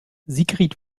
sigrid